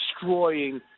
destroying